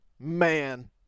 Man